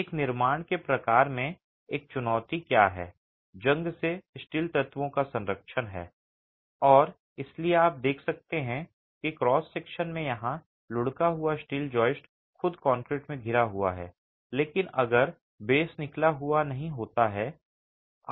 एक निर्माण के प्रकार में एक चुनौती क्या है जंग से स्टील तत्वों का संरक्षण है और इसलिए आप देख सकते हैं कि क्रॉस सेक्शन में यहां लुढ़का हुआ स्टील जॉयस्ट खुद कंक्रीट में घिरा हुआ है लेकिन अक्सर बेस निकला हुआ नहीं होता है